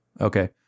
Okay